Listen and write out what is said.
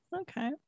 Okay